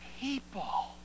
people